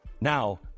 now